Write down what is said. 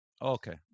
Okay